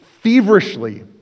feverishly